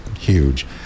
huge